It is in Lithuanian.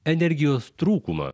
energijos trūkumą